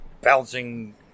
bouncing